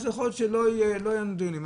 אז יכול להיות שלא יהיו לנו דיונים.